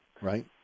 Right